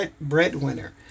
breadwinner